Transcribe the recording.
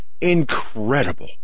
incredible